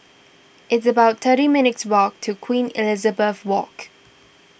it's about thirty minutes' walk to Queen Elizabeth Walk